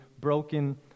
broken